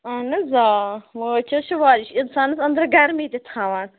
اَہَن حظ آ مانٛچھ حظ چھِ ویہِ اِنسانَس أنٛدرٕ گرمی تہِ تھاوان